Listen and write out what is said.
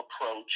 approach